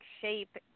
shape